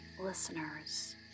listeners